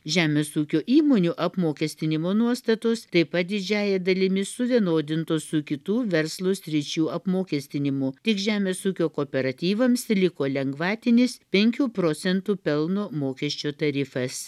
žemės ūkio įmonių apmokestinimo nuostatos taip pat didžiąja dalimi suvienodintos su kitų verslo sričių apmokestinimu tik žemės ūkio kooperatyvams liko lengvatinis penkių procentų pelno mokesčio tarifas